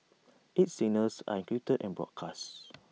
its signals are encrypted and broadcast